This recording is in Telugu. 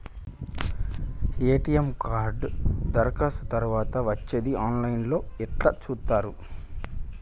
ఎ.టి.ఎమ్ కార్డు దరఖాస్తు తరువాత వచ్చేది ఆన్ లైన్ లో ఎట్ల చూత్తరు?